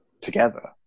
together